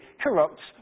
corrupts